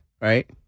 right